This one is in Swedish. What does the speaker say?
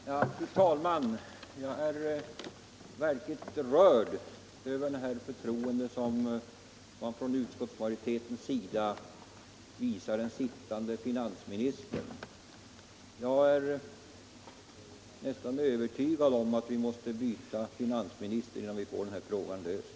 Fru talman! Jag är verkligen rörd över det förtroende som utskottsmajoriteten visar den sittande finansministern. Jag är nästan helt övertygad om att vi måste byta finansminister för att få denna fråga löst.